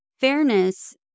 Fairness